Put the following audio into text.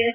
S